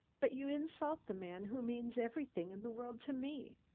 but you insult the man who means everything in the world to me.